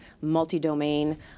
multi-domain